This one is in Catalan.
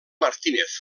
martínez